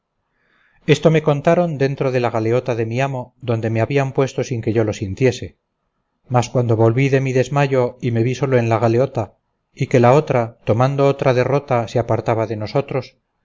esto me contaron dentro de la galeota de mi amo donde me habían puesto sin que yo lo sintiese mas cuando volví de mi desmayo y me vi solo en la galeota y que la otra tomando otra derrota se apartaba de nosotros